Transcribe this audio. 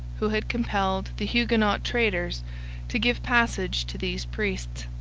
who had compelled the huguenot traders to give passage to these priests,